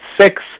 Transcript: six